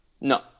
No